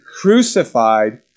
crucified